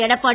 Edappadi